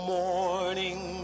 morning